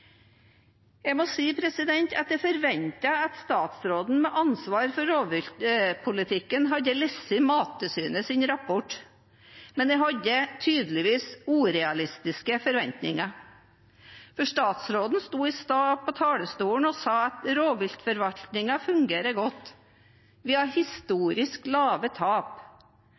Jeg forventet at statsråden med ansvar for rovviltpolitikken hadde lest Mattilsynets rapport, men jeg hadde tydeligvis urealistiske forventninger, for statsråden sto i sted på talerstolen og sa at rovviltforvaltningen fungerer godt, at vi har historisk lave tap.